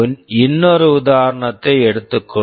இன்னொரு உதாரணத்தை எடுத்துக் கொள்வோம்